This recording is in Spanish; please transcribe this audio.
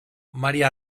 maria